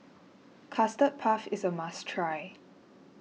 Custard Puff is a must try